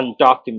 undocumented